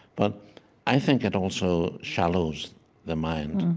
but i think it also shallows the mind.